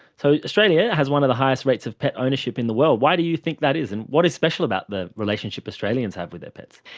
so australia has one of the highest rates of pet ownership in the world. why do you think that is, and what is special about the relationship australians have with their pets?